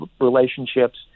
relationships